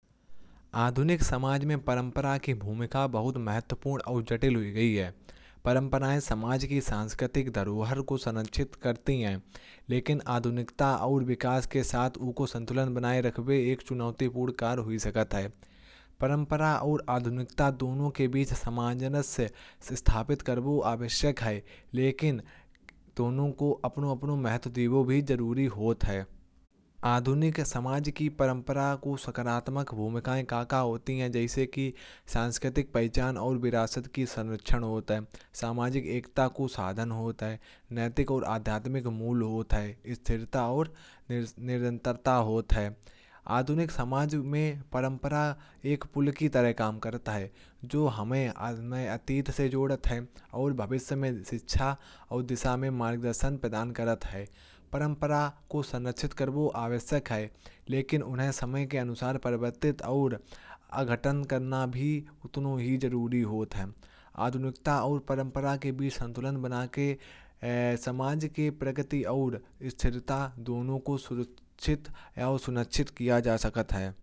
आधुनिक समाज में परम्परा की भूमिका बहुत महत्वपूर्ण और जटिल हो गई है। परम्पराएँ समाज की सांस्कृतिक धरोहर को संरक्षित करती हैं। लेकिन आधुनिकता और विकास के साथ उनको संतुलन बनाए रखना एक चुनौतीपूर्ण काम है। परम्परा और आधुनिकता दोनों के बीच समन्वय स्थापित करना आवश्यक है। लेकिन दोनों का अपने अपने महत्व है वो भी ज़रूरी होता है। आधुनिक समाज की परम्परा को सकारात्मक भूमिकाएँ होती हैं। जैसे कि सांस्कृतिक पहचान और विरासत के संरक्षण होता है। सामाजिक एकता को साधन होता है। नैतिक और आध्यात्मिक मूल्य होता है स्थिरता और निरंतरता होती है। आधुनिक समाज में परम्परा एक फूल की तरह काम करती है। जो हमें अतीत से जुड़े रहती है और भविष्य में शिक्षा और दिशा में मार्गदर्शन प्रदान करती है। परम्परा को संरक्षित करना आवश्यक है। लेकिन उन्हें समय के अनुसार परिवर्तित और आगत करना भी उतना ही ज़रूरी होता है। आधुनिकता और परम्परा के बीच संतुलन बनाकर समाज के प्रगति। और स्थिरता दोनों को सुरक्षित और संरक्षित किया जा सकता है।